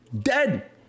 dead